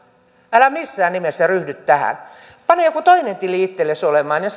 älä missään nimessä ryhdy tähän pane joku toinen tili itsellesi olemaan ja